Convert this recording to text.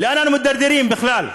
לאן אנחנו מידרדרים בכלל.